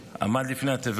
עמד לפני התיבה